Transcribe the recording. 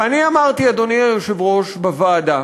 ואני אמרתי, אדוני היושב-ראש, בוועדה,